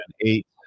eight